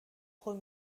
خون